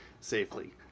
safely